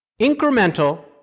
incremental